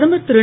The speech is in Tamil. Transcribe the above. பிரதமர் திரு